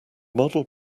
model